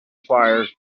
fired